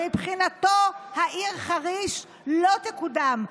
ומבחינתו העיר חריש לא תקודם.